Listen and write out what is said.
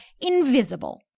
INVISIBLE